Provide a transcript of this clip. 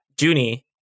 Junie